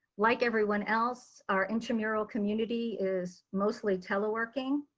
like everyone else, our intramural community is mostly teleworking,